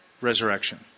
resurrection